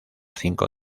cinco